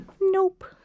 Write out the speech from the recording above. Nope